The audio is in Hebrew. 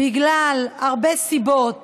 בגלל הרבה סיבות